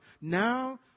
now